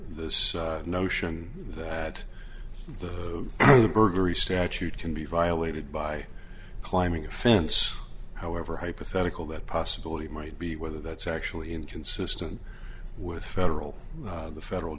the notion that the burglary statute can be violated by climbing a fence however hypothetical that possibility might be whether that's actually in consistent with federal the federal